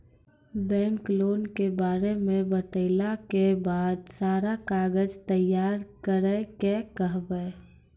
Bank loan के बारे मे बतेला के बाद सारा कागज तैयार करे के कहब?